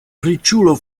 riĉulo